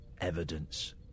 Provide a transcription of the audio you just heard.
evidence